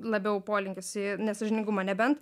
labiau polinkis į nesąžiningumą nebent